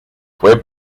fue